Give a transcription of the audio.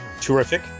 Terrific